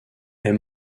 est